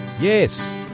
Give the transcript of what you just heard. Yes